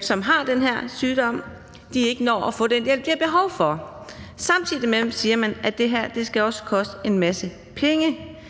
som har den her sygdom, ikke når at få den hjælp, de har behov for. Samtidig med det siger man, at det her også skal koste en masse penge.